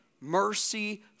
mercy